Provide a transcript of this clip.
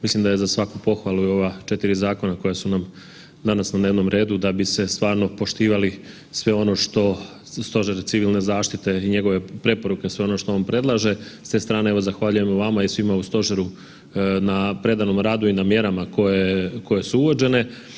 Mislim da je za svaku pohvali i ova 4 zakona koja su nam danas na dnevnom redu da bi se stvarno poštivali sve ono što Stožer civilne zaštite i njegove preporuke, sve ono što on predlaže, s te strane evo zahvaljujemo vama i svima u Stožeru na predanom radu i na mjerama koje su uvođene.